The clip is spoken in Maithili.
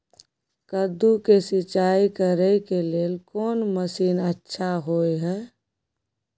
कद्दू के सिंचाई करे के लेल कोन मसीन अच्छा होय है?